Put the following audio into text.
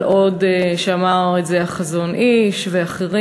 על שעוד אמרו את זה החזון-אי"ש ואחרים.